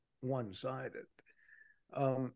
one-sided